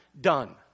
done